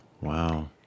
Wow